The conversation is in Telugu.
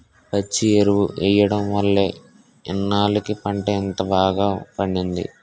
పచ్చి ఎరువు ఎయ్యడం వల్లే ఇన్నాల్లకి పంట ఇంత బాగా పండింది